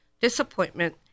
disappointment